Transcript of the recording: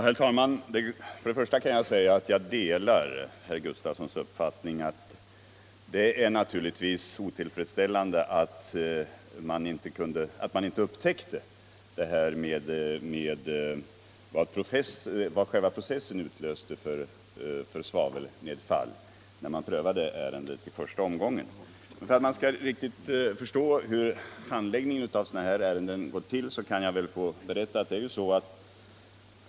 Herr talman! Jag delar herr Gustavssons I Alvesta uppfattning att det är otillfredsställande att man inte upptäckte vilket svavelnedfall själva processen utlöser, när man prövade ärendet i första omgången. Handläggningen av sådana här ärenden går till på följande sätt.